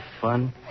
fun